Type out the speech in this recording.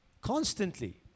Constantly